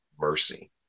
mercy